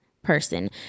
person